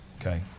Okay